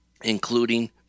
including